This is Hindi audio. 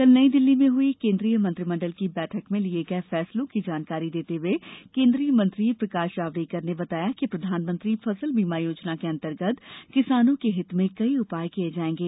कल नई दिल्ली में हुई केन्द्रीय मंत्रिमंडल की बैठक में लिए गये फैसलों की जानकारी देते हए केन्द्रीय मंत्री प्रकाश जावड़ेकर ने बताया कि प्रधानमंत्री फसल बीमा योजना के अन्तर्गत किसानों के हित में कई उपाय किए जायेंगे